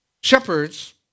shepherds